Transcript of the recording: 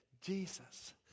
Jesus